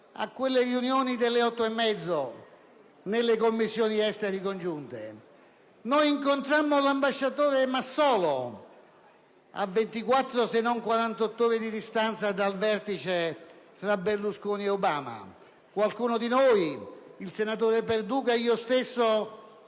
a quelle riunioni delle 8,30 del mattino delle Commissioni esteri congiunte. Noi incontrammo l'ambasciatore Massolo a 24, se non a 48 ore di distanza dal vertice tra Berlusconi ed Obama. Qualcuno di noi - il senatore Perduca ed io stesso